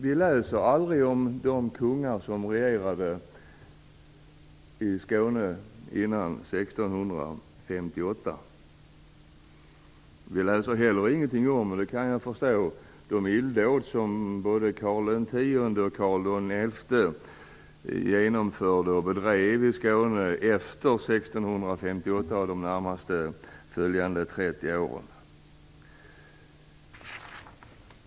Vi läser aldrig om de kungar som regerade i Skåne före 1658. Vi läser inte heller något om de illdåd som Karl X och Karl XI genomförde i Skåne de närmaste 30 åren efter 1658, och det kan jag förstå.